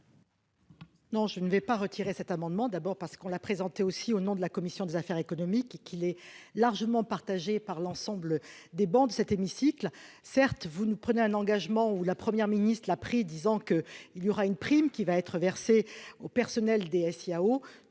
Non, je ne vais pas retirer cet amendement, d'abord parce qu'on l'a présentée aussi au nom de la commission des affaires économiques et qu'il est largement partagée par l'ensemble des bancs de cet hémicycle, certes, vous nous prenez un engagement ou la première ministre la pris disant qu'il y aura une prime qui va être versé au personnel SIAO,